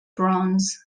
bronze